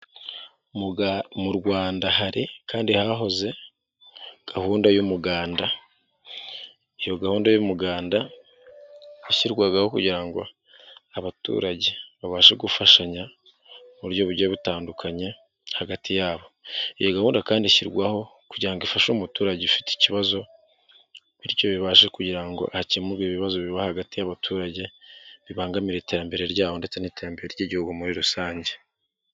Mu Rwanda hari kandi hahoze gahunda y'umuganda. Iyo gahunda y'umuganda washyirwagaho kugira ngo abaturage babashe gufashanya mu buryo butandukanye hagati yabo. Iyo gahunda kandi ishyirwaho kugira ngo ifashe umuturage ufite ikibazo bityo bibashe kugira ngo hakemurwe ibibazo biba hagati y'abaturage, bibangamira iterambere ryabo ndetse n'iterambere ry'igihugu muri rusange.